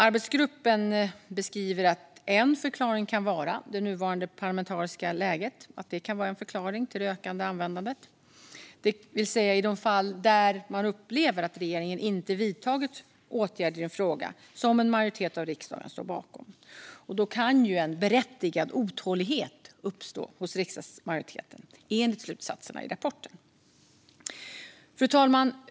Arbetsgruppen beskriver att en förklaring till det ökande användandet kan vara det nuvarande parlamentariska läget, det vill säga i de fall där man upplever att regeringen inte vidtagit åtgärder i en fråga som en majoritet av riksdagen står bakom. Då kan en berättigad otålighet uppstå hos riksdagsmajoriteten, enligt slutsatserna i rapporten. Fru talman!